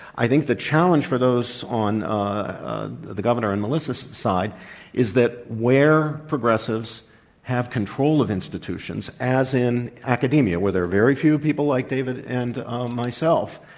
i think the challenge for those on the governor and melissa's side is that where progressives have control of institutions as in academia, where there are very few people like david and myself,